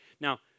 Now